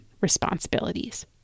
responsibilities